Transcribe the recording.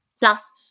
plus